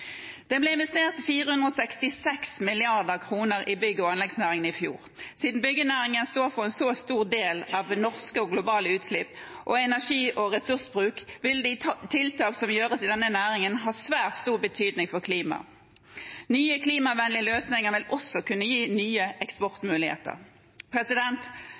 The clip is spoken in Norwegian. bygg- og anleggsnæringen i fjor. Siden byggenæringen står for en så stor del av norske og globale utslipp og energi- og ressursbruk, vil de tiltak som gjøres i denne næringen, ha svært stor betydning for klimaet. Nye klimavennlige løsninger vil også kunne gi nye